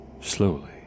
slowly